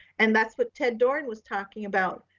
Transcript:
and that's what ted doran was talking about.